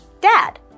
dad